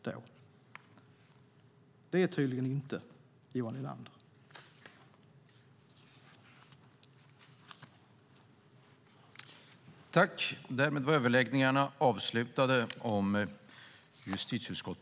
Det är tydligen inte Johan Linander.